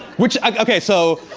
which, okay so,